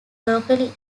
locally